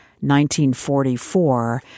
1944